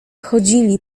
chodzili